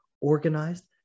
organized